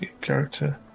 character